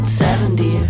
seventy